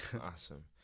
Awesome